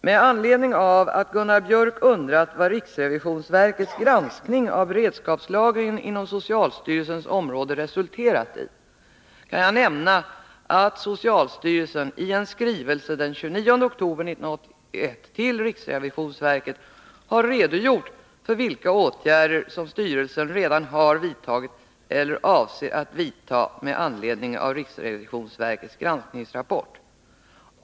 Med anledning av att Gunnar Biörck undrat vad riksrevisionsverkets granskning av beredskapslagringen inom socialstyrelsens område resulterat i kan jag nämna att socialstyrelsen i en skrivelse den 29 oktober 1981 till riksrevisionsverket har redogjort för vilka åtgärder som socialstyrelsen redan har vidtagit eller avser att vidta med anledning av riksrevisionsverkets granskningsrapport.